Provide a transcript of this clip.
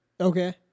Okay